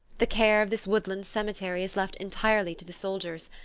the care of this woodland cemetery is left entirely to the soldiers,